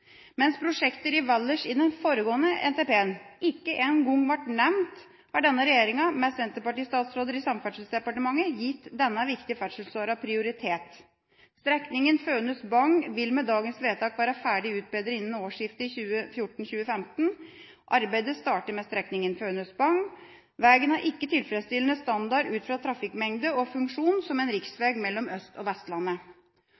Mens prosjekter i Valdres i den foregående NTP-en ikke engang ble nevnt, har denne regjeringa – med senterpartistatsråder i Samferdselsdepartementet – gitt denne viktige ferdselsåren prioritet. Strekninga Fønhus–Bagn vil med dagens vedtak være ferdig utbedret innen årsskiftet 2014–2015. Arbeidet starter med strekninga Fønhus–Bagn. Veien har ikke tilfredsstillende standard ut fra trafikkmengde og funksjon som